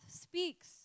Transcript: speaks